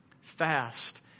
fast